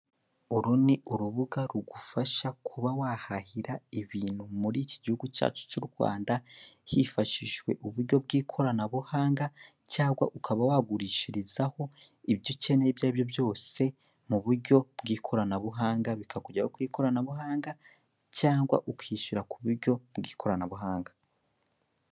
uru ni urubuga rugufasha kuba wahahira ibintu muri iki gihugu cyacu cy'u rwanda hifashishijwe uburyo bw'ikoranabuhanga cyangwa ukaba wagurishirizaho ibyo ukeneye ibyo aribyo byose mu buryo bw'ikoranabuhanga bikaku ku ikoranabuhanga cyangwa ukishyura ku buryo bw'ikoranabuhanga